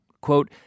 Quote